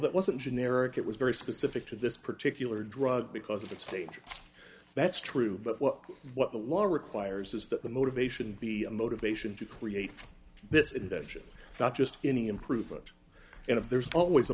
that wasn't generic it was very specific to this particular drug because at that stage that's true but what what the law requires is that the motivation be a motivation to create this invention not just any improvement and if there's always a